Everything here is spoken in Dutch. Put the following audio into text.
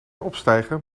opstijgen